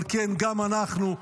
אבל גם אנחנו,